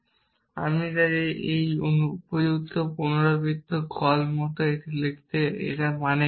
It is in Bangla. সুতরাং আমি ঠিক এই উপযুক্ত পুনরাবৃত্ত কল মত এটা লিখতে করতে এটা কি মানে